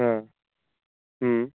हा